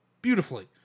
Beautifully